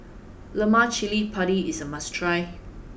Lemak Cili Padi is a must try